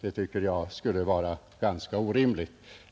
Det tycker jag skulle vara ganska orimligt.